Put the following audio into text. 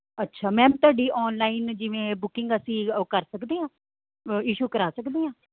ਅੱਛਾ ਮੈਮ ਤੁਹਾਡੀ ਔਨਲਾਈਨ ਜਿਵੇਂ ਬੁਕਿੰਗ ਅਸੀਂ ਓ ਕਰ ਸਕਦੇ ਹਾਂ ਇਸ਼ੂ ਕਰਾ ਸਕਦੇ ਹਾਂ